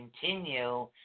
continue